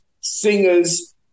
singers